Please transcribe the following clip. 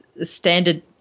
standard